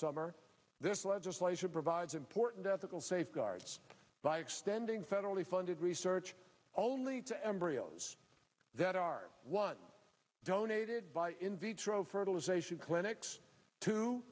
summer this legislation provides important ethical safeguards by extending federally funded research only to embryos that are one donated by in vitro fertilization clinics to